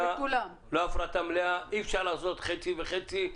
לא הפרטה מלאה אי-אפשר לעשות חצי וחצי.